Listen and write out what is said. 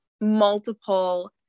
multiple